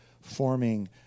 forming